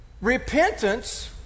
Repentance